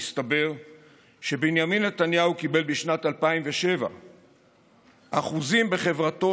מסתבר שבנימין נתניהו קיבל בשנת 2007 אחוזים בחברתו